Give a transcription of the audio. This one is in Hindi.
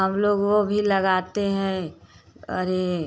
हम लोग वो भी लगाते हैं अरे